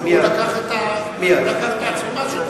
הוא לקח את העצומה שלו.